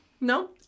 No